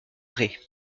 ray